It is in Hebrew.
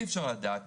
אי אפשר לדעת.